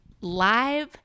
live